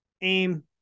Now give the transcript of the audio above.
Aim